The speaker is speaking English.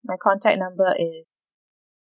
my contact number is